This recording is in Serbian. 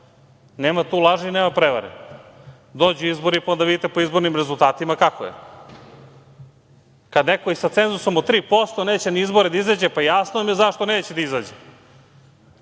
nema tu laži, nema tu prevare. Dođu izbori i onda vidite po izbornim rezultatima kako je. Kad neko i sa cenzusom od 3% neće na izbore da izađe, pa jasno vam je zašto neće da izađe.